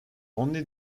only